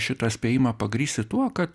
šitą spėjimą pagrįsti tuo kad